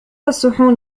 الصحون